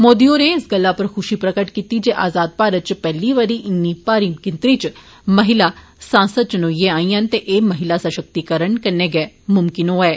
मोदी होरें इस गल्लै पर खुशी प्रगट कीती जे आजाद भारत च पैहली बारी इन्नी भारी गिनत्री च महिलां सांसद चुनोइए आइयां न ते एह् महिला शक्तिकरण कन्नै गै मुमकिन होआ ऐ